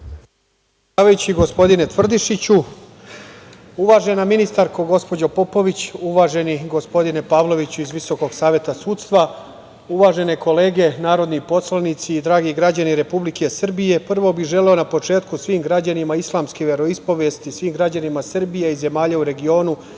gospodine Tvrdišiću. Uvažena ministarko, gospođo Popović, uvaženi gospodine Pavloviću iz VSS, uvažene kolege narodni poslanici, dragi građana Republike Srbije, prvo bih želeo na početku svim građanima islamske veroispovesti, svih građanima Srbije i zemalja u regionu,